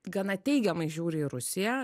gana teigiamai žiūri į rusiją